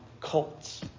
cults